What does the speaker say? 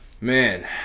Man